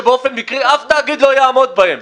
שבאופן מקרי אף תאגיד לא יעמוד בהם?